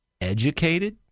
educated